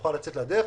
ותוכל לצאת לדרך.